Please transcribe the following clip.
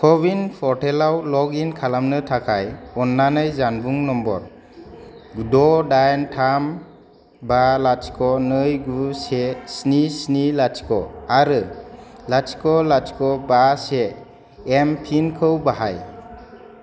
कविन पर्टेलाव लग इन खालामनो थाखाय अन्नानै जानबुं नम्बर द' डाइन थाम बा लाथिख' नै गु से स्नि स्नि लाथिख' आरो लाथिख' लाथिख' बा से एमपिनखौ बाहाय